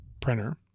printer